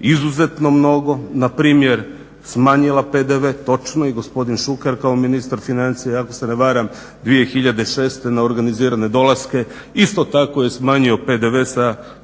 izuzetno mnogo npr. smanjila PDV, točno i gospodin Šuker kao ministar financija ako se ne varam 2006. na organizirane dolaske isto tako je smanjio PDV sa tada